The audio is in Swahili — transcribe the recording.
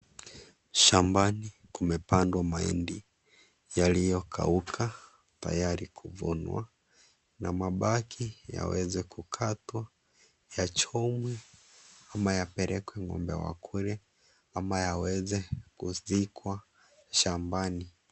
Shambani kumepandwa mahindi yaliyokauka tayari kuvunwa na mabaki yaweze kukatwa, yachomwe ama yapelekwe ng'ombe wakule ama yaweze kuzikwa shambani.